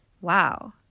Wow